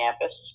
campus